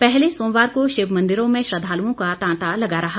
पहले सोमवार को शिव मंदिरों में श्रद्धालुओं का तांता लगा रहा